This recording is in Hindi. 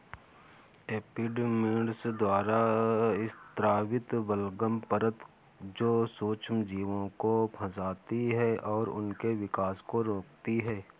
एपिडर्मिस द्वारा स्रावित बलगम परत जो सूक्ष्मजीवों को फंसाती है और उनके विकास को रोकती है